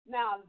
Now